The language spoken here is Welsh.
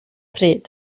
pryd